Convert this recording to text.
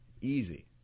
easy